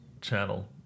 channel